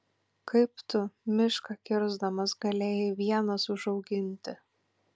kaip tu mišką kirsdamas galėjai vienas užauginti